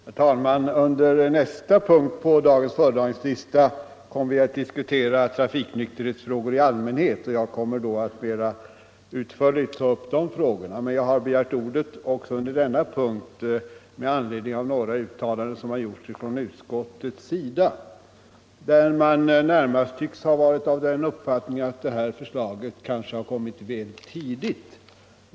Herr talman! Under nästa punkt på dagens föredragningslista kommer vi att diskutera trafiknykterhetsfrågor i allmänhet, och jag skall då mera utförligt ta upp de frågorna. Men jag har begärt ordet också under denna punkt med anledning av några uttalanden som har gjorts från utskottets sida, där man närmast tycks ha varit av den uppfattningen att det här förslaget kanske har kommit väl tidigt.